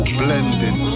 blending